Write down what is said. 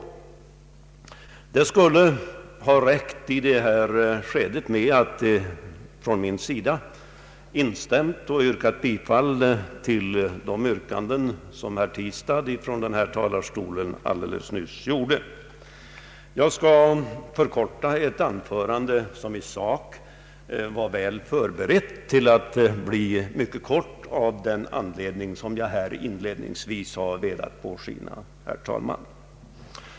Det skulle i detta skede ha räckt med att jag hade instämt i de yrkanden som herr Tistad alldeles nyss gjorde från denna talarstol. Jag skall förkorta ett anförande som i sak var väl förberett, av den anledning som jag inledningsvis velat antyda.